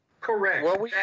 Correct